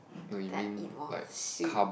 then I eat more sweet